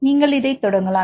நீங்கள் இதை தொடங்கலாம்